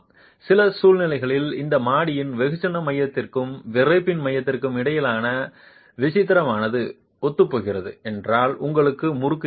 சில சூழ்நிலைகளில் அந்த மாடியின் வெகுஜன மையத்திற்கும் விறைப்பின் மையத்திற்கும் இடையிலான விசித்திரமானது ஒத்துப்போகிறது என்றால் உங்களுக்கு முறுக்கு இருக்காது